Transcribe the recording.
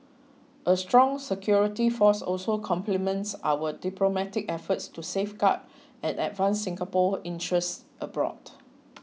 a strong security force also complements our diplomatic efforts to safeguard and advance Singapore's interests abroad